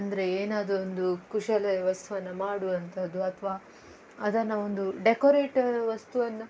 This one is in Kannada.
ಅಂದರೆ ಏನಾದರೊಂದು ಕುಶಲ ವಸ್ತುವನ್ನು ಮಾಡುವಂಥದ್ದು ಅಥವಾ ಅದನ್ನು ಒಂದು ಡೆಕೊರೇಟ ವಸ್ತುವನ್ನು